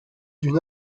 d’une